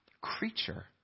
creature